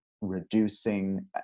reducing